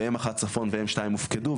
ו-M1 צפון ו-M2 הופקדו,